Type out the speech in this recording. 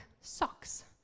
socks